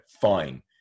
fine